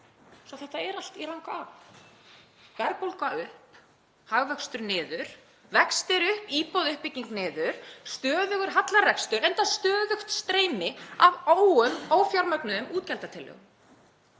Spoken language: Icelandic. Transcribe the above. Svo þetta er allt í ranga átt: Verðbólga upp, hagvöxtur niður. Vextir upp, íbúðauppbygging niður. Stöðugur hallarekstur, enda stöðugt streymi af ófjármögnuðum útgjaldatillögum.